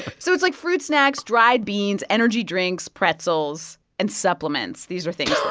so it's like fruit snacks, dried beans, energy drinks, pretzels and supplements. these are things. oh,